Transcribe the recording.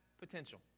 potential